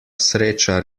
sreča